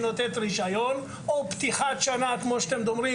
נותנת רישיון או פתיחת שנה כמו שאומרים